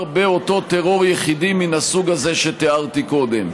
באותו טרור יחידים מן הסוג הזה שתיארתי קודם.